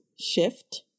shift